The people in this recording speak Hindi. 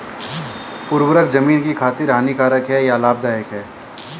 उर्वरक ज़मीन की खातिर हानिकारक है या लाभदायक है?